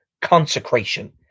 consecration